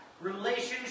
Relationship